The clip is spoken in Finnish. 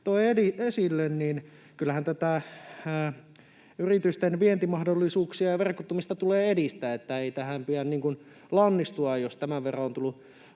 toin esille, niin kyllähän näitä yritysten vientimahdollisuuksia ja verkottumista tulee edistää, ei tähän pidä niin kuin lannistua, jos tämän verran on tullut